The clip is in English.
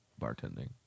bartending